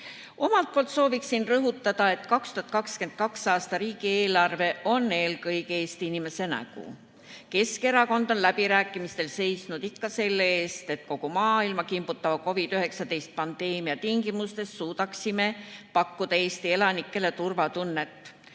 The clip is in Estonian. Omalt poolt soovin rõhutada, et 2022. aasta riigieelarve on eelkõige Eesti inimese nägu. Keskerakond on läbirääkimistel ikka seisnud selle eest, et me suudaksime kogu maailma kimbutava COVID-19 pandeemia tingimustes pakkuda Eesti elanikele turvatunnet.